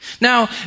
Now